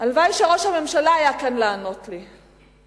והלוואי שראש הממשלה היה כאן לענות לי,